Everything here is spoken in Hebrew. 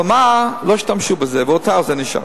אבל מה, לא השתמשו בזה: "והותר", זה נשאר.